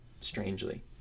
strangely